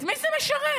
את מי זה משרת?